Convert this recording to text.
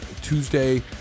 Tuesday